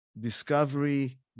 discovery